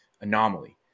anomaly